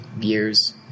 years